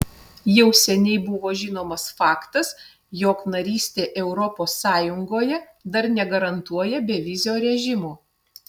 jau seniai buvo žinomas faktas jog narystė europos sąjungoje dar negarantuoja bevizio režimo